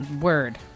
word